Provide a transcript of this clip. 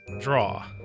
draw